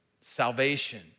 salvation